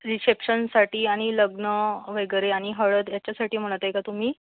रिसेप्शनसाठी आणि लग्न वगैरे आणि हळद याच्यासाठी म्हणत आहे का तुम्ही